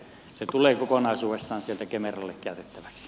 se tulee kokonaisuudessaan sieltä kemeralle käytettäväksi